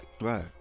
right